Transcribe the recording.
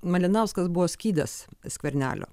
malinauskas buvo skydas skvernelio